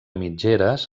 mitgeres